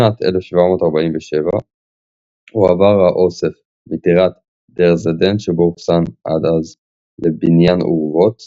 בשנת 1747 הועבר האוסף מטירת דרזדן שבו אוחסן עד אז לבניין אורוות